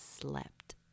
slept